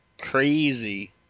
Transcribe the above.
crazy